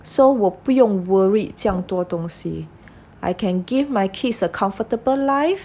so 我不用 worried 这样多东西 I can give my kid a comfortable life